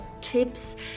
tips